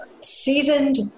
seasoned